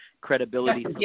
credibility